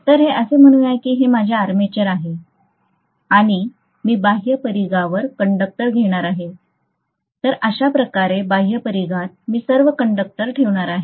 तर हे म्हणूया की हे माझे आर्मेचर आहे आणि मी बाह्य परिघावर कंडक्टर घेणार आहे तर अशा प्रकारे बाह्य परिघात मी सर्व कंडक्टर ठेवणार आहे